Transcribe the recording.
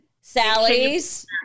sally's